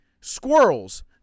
squirrels